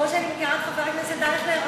כמו שאני מכירה את חבר הכנסת אייכלר,